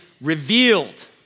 revealed